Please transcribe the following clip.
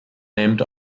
named